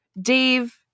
Dave